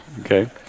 okay